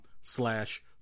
slash